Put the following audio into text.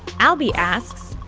albi asks,